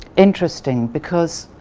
interesting because